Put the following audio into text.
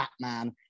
Batman